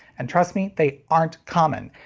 and trust me, they aren't common.